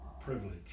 privilege